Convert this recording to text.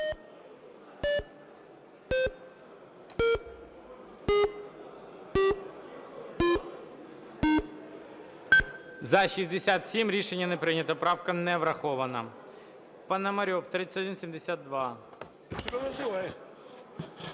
За-67 Рішення не прийнято. Правка не врахована.